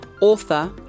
author